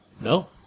No